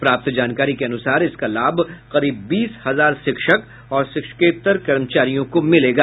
प्राप्त जानकारी के अनुसार इसका लाभ करीब बीस हजार शिक्षक और शिक्षकेत्तर कर्मचारियों को मिलेगा